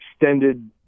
extended